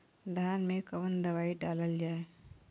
धान मे कवन दवाई डालल जाए?